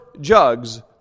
jugs